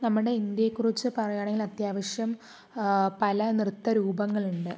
നമ്മുടെ ഇന്ത്യയെക്കുറിച്ച് പറയുകയാണെങ്കിൽ അത്യാവശ്യം പല നൃത്ത രൂപങ്ങളുണ്ട്